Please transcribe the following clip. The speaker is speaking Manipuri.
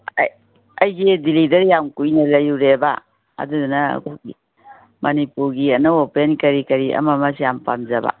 ꯑꯩꯁꯤ ꯗꯦꯜꯂꯤꯗ ꯌꯥꯝ ꯀꯨꯏꯅ ꯂꯩꯔꯨꯔꯦꯕ ꯑꯗꯨꯗꯨꯅ ꯑꯩꯈꯣꯏꯒꯤ ꯃꯅꯤꯄꯨꯔꯒꯤ ꯑꯅꯧ ꯑꯄꯦꯟ ꯀꯔꯤ ꯀꯔꯤ ꯑꯃ ꯑꯃꯁꯦ ꯌꯥꯝ ꯄꯥꯝꯖꯕ